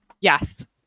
Yes